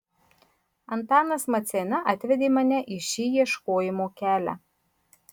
antanas maceina atvedė mane į šį ieškojimo kelią